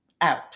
out